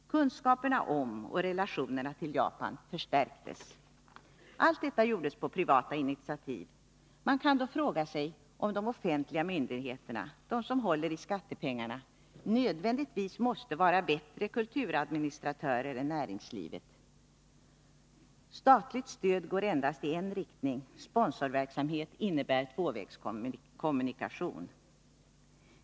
Kunskaperna om och relationerna till Japan förstärktes. Allt detta gjordes på privata initiativ. Man kan då fråga sig om de offentliga myndigheterna, de som håller i skattepengarna, nödvändigtvis måste vara bättre kulturadministratörer än näringslivet. Statligt stöd går endast i en riktning, sponsorverksamhet innebär tvåvägskommunikation.